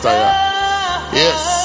yes